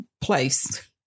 place